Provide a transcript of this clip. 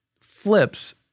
flips